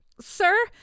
sir